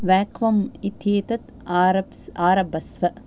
वेक्वाम् इत्येतत् आरप्स् आरभस्व